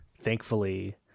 thankfully